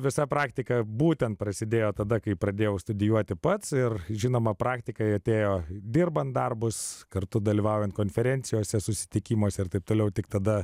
visa praktika būtent prasidėjo tada kai pradėjau studijuoti pats ir žinoma praktikai atėjo dirbant darbus kartu dalyvaujant konferencijose susitikimuose ir taip toliau tik tada